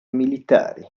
militari